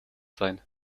sein